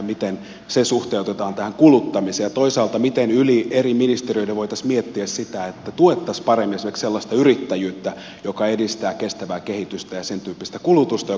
miten se suhteutetaan tähän kuluttamiseen ja toisaalta miten yli eri ministeriöiden voitaisiin miettiä sitä että tuettaisiin paremmin esimerkiksi sellaista yrittäjyyttä joka edistää kestävää kehitystä ja sentyyppistä kulutusta joka ottaa myöskin huomioon ympäristön